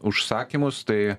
užsakymus tai